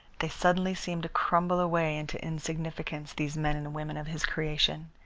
they suddenly seemed to crumble away into insignificance, these men and women of his creation.